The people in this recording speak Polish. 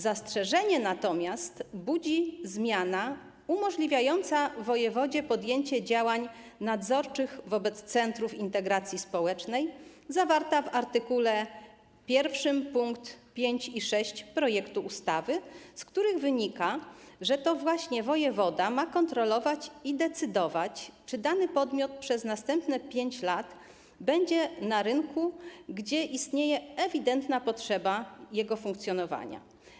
Zastrzeżenie natomiast budzi zmiana umożliwiająca wojewodzie podjęcie działań nadzorczych wobec centrów integracji społecznej, zawarta w art. 1 pkt 5 i 6 projektu ustawy, z których wynika, że to właśnie wojewoda ma kontrolować i decydować, czy dany podmiot przez następne 5 lat będzie funkcjonował na rynku, gdzie istnieje ewidentna potrzeba jego funkcjonowania.